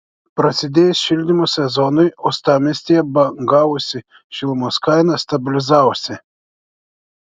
prasidėjus šildymo sezonui uostamiestyje bangavusi šilumos kaina stabilizavosi